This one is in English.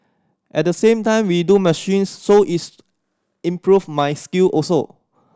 at the same time we do machines so is improve my skill also